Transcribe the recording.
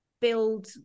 build